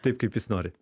taip kaip jis nori